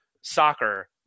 soccer